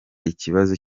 ikibazo